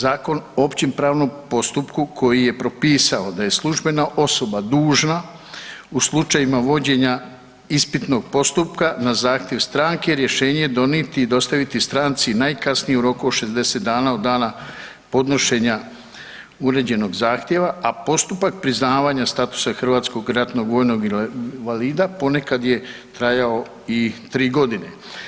Zakon o općem pravnom postupku koji je propisao da je službena osoba dužna u slučajevima vođenja ispitnog postupka na zahtjev stranke rješenje donijeti i dostaviti stranci najkasnije u roku od 60 dana od dana podnošenja uređenog zahtjeva, a postupak priznavanja statusa hrvatskog ratnog vojnog invalida ponekad je trajao i tri godine.